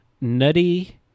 Nutty